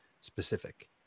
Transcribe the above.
specific